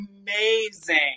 amazing